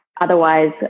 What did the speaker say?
Otherwise